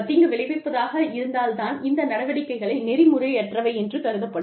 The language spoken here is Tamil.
தீங்கு விளைவிப்பதாக இருந்தால் தான் இந்த நடவடிக்கைகள் நெறிமுறையற்றவை எனக் கருதப்படும்